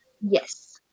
Yes